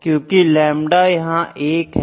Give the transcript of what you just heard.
क्योंकि लेमड़ा यहां 1 है